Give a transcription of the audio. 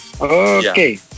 Okay